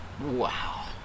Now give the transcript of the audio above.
Wow